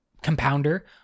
compounder